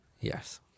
yes